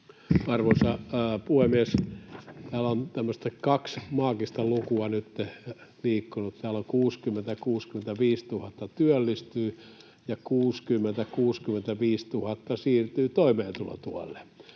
Arvoisa puhemies! Täällä on kaksi tämmöistä maagista lukua nyt liikkunut. Täällä on, että 60 000—65 000 työllistyy ja 60 000—65 000 siirtyy toimeentulotuelle,